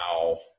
wow